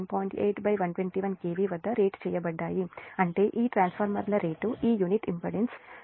8 121 kV వద్ద rate చేయబడ్డాయి అంటే ఈ ట్రాన్స్ఫార్మర్ రేటు ఈ యూనిట్ ఇంపెడెన్స్కు 0